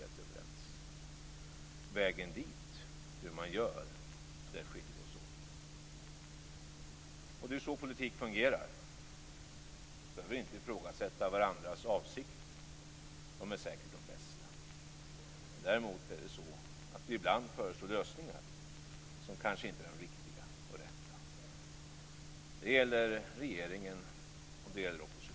Men när det gäller vägen dit, hur man gör, skiljer vi oss åt. Det är ju så politik fungerar. Vi behöver inte ifrågasätta varandras avsikter, de är säkert de bästa. Däremot är det så att vi ibland föreslår lösningar som kanske inte är de riktiga och rätta. Det gäller regeringen, och det gäller oppositionen.